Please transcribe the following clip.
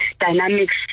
dynamics